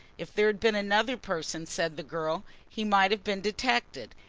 if there had been another person, said the girl, he might have been detected.